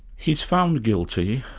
he's found guilty.